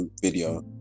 video